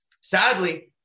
Sadly